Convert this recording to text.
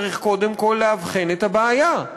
צריך קודם כול לאבחן את הבעיה,